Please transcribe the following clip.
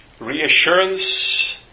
reassurance